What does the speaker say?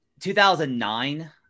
2009